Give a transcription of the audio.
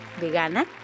Vegana